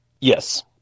Yes